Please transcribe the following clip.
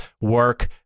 work